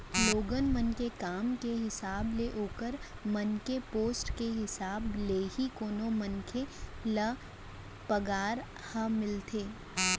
लोगन मन के काम के हिसाब ले ओखर मन के पोस्ट के हिसाब ले ही कोनो मनसे ल पगार ह मिलथे